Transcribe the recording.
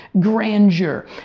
grandeur